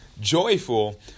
joyful